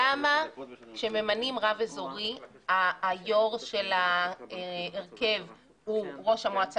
למה כשממנים רב אזורי היושב ראש של ההרכב הוא ראש המועצה